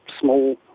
small